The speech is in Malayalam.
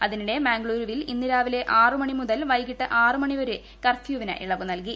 അതിനിടെ മംഗളൂരുവിൽ ഇന്ന് രാവിലെ ആറുമണിമുതൽ വൈകിട്ട് ആറുമണി വരെ കർഫ്യൂവിന് ഇളവ് നൽകി